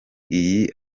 iyi